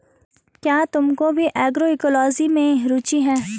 क्या तुमको भी एग्रोइकोलॉजी में रुचि है?